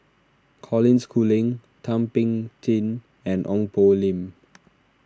Colin Schooling Thum Ping Tjin and Ong Poh Lim